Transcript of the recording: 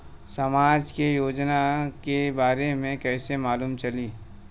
समाज के योजना के बारे में कैसे मालूम चली?